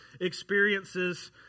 experiences